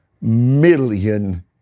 million